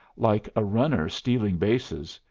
like a runner stealing bases,